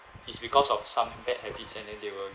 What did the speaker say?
it's because of some bad habits and then they will